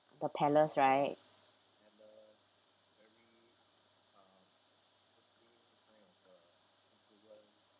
the palace right